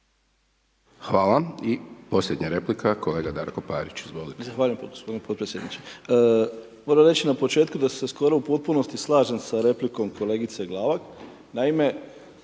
Hvala. I posljednja replika, kolega Darko Parić, izvolite. **Parić, Darko (SDP)** Zahvaljujem g. potpredsjedniče. Moram reći na početku, da se skoro u potpunosti slažem s replikom kolegice Glavak.